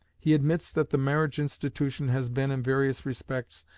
he admits that the marriage institution has been, in various respects,